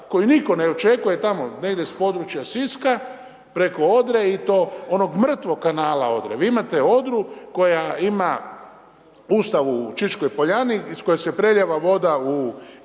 koju nitko ne očekujte tamo, negdje sa područja Siska preko Odre i to onog mrtvog kanala Odre. Vi imate Odru koja ima .../Govornik se ne razumije./... u Čičkoj Poljani iz koje se prelijeva voda u kanal